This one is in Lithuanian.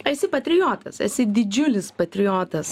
esi patriotas esi didžiulis patriotas